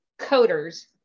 coders